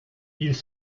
ils